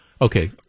Okay